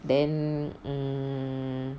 then um